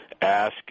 ask